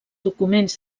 documents